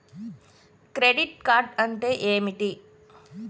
Credit card అంటే ఏమిటి?